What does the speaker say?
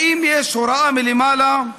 האם יש הוראה מלמעלה?